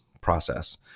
process